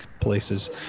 places